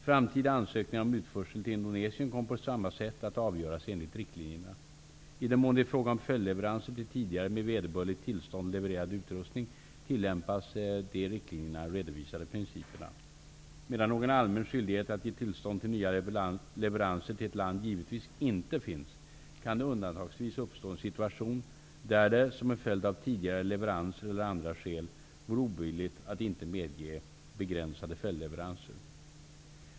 Framtida ansökningar om utförsel till Indonesien kommer på samma sätt att avgöras enligt riktlinjerna. I den mån det är fråga om följdleveranser till tidigare med vederbörligt tillstånd levererad utrustning tillämpas de i riktlinjerna redovisade principerna. Medan någon allmän skyldighet att ge tillstånd till nya leveranser till ett land givetvis inte finns, kan det undantagsvis uppstå en situation där det, som en följd av tidigare leveranser eller av andra skäl, vore obilligt att inte medge begränsade följdleveranser.